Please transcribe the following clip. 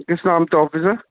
ਕਿਸ ਨਾਮ 'ਤੇ ਓਫਿਸ ਐ